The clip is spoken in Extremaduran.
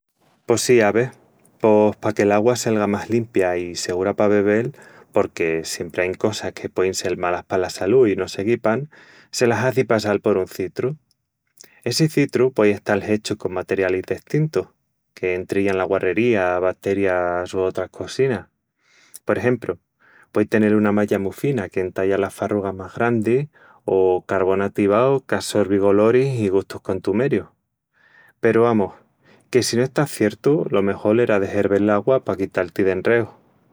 Pos sí, ave... Pos... paque l'augua selga más limpia i segura pa bebel, porque siempri ain cosas que puein sel malas pala salú i no se guipan, se-la hazi passal por un citru. Essi citru puei estal hechu con materialis destintus, que entrillan la guarrería, baterias o otras cosinas. Por exempru, puei tenel una malla mu fina qu'entalla las farrugas más grandis o carvón ativau qu'assorvi goloris i gustus contumerius. Peru, amus, que si no estás ciertu lo mejol era de hervel l'augua pa quital-ti d'enreus.